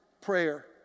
prayer